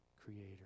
creator